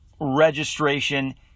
registration